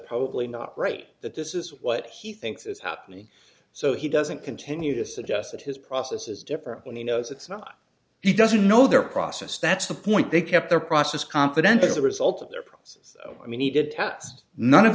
probably not right that this is what he thinks is happening so he doesn't continue to suggest that his process is different when he knows it's not he doesn't know their process that's the point they kept their process confidential as a result